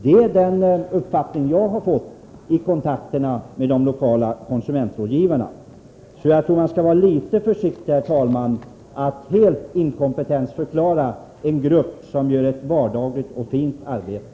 Det är den uppfattning jag fått vid kontakterna med de lokala konsumentrådgivarna. Således tror jag, herr talman, att man skall vara litet försiktig när det gäller att helt inkompetensförklara en grupp som gör ett fint vardagsarbete.